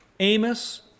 Amos